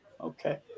Okay